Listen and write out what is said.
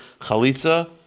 Chalitza